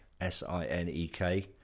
S-I-N-E-K